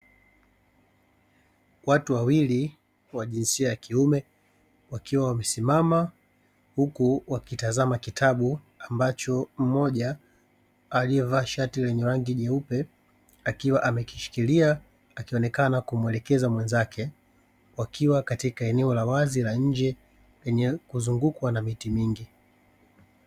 Watu wawili wa jinsia ya kiume wakiwa wamesimama, huku wakitazama kitabu ambacho mmoja aliyevaa shati lenye rangi jeupe. Akiwa amekishikilia, akionekana kumuelekeza mwenzake. Wakiwa katika eneo la wazi la nje, lenye kuzungukwa na miti mingi.